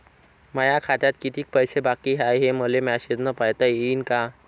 माया खात्यात कितीक पैसे बाकी हाय, हे मले मॅसेजन पायता येईन का?